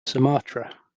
sumatra